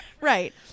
Right